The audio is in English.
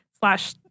slash